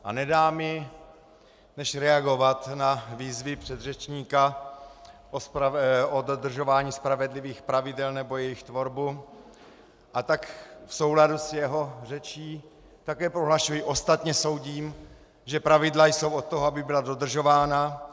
A nedá mi než reagovat na výzvy předřečníka o dodržování spravedlivých pravidel nebo jejich tvorbu, a tak v souladu s jeho řečí také prohlašuji: ostatně soudím, že pravidla jsou od toho, aby byla dodržována.